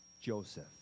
Joseph